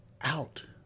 out